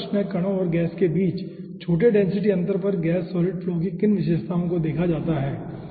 दूसरा प्रश्न है कणों और गैस के बीच छोटे डेंसिटी अंतर पर गैस सॉलिड फ्लो की किन विशेषताओं को देखा जाता है